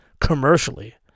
Commercially